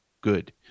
good